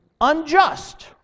unjust